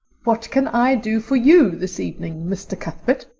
what can i do for you this evening, mr. cuthbert?